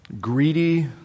Greedy